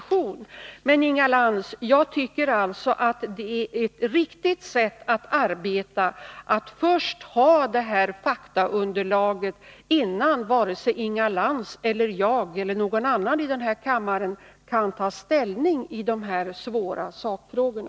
Jag tycker alltså, Inga Lantz, att det är ett riktigt sätt att arbeta på, att först ha faktaunderlaget innan vare sig Inga Lantz, jag eller någon annan i den här kammaren kan ta ställning i de här svåra sakfrågorna.